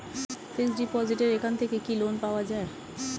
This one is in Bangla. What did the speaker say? ফিক্স ডিপোজিটের এখান থেকে কি লোন পাওয়া যায়?